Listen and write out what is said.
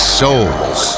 souls